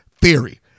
theory